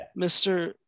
Mr